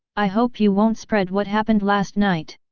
i hope you won't spread what happened last night!